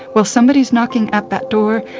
while somebody is knocking at that door,